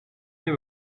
nie